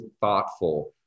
thoughtful